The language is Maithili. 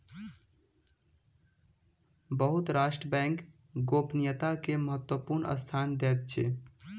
बहुत राष्ट्र बैंक गोपनीयता के महत्वपूर्ण स्थान दैत अछि